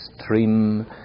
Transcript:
stream